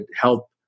help